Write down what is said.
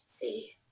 see